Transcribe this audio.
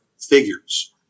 figures